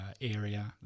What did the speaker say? area